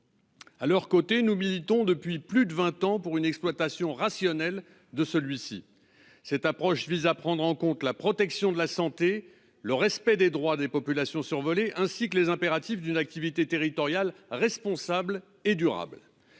À leurs côtés nous militons depuis plus de 20 ans pour une exploitation rationnelle de celui-ci. Cette approche vise à prendre en compte la protection de la santé, le respect des droits des populations survolées ainsi que les impératifs d'une activité territoriale responsable et durable.